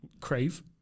Crave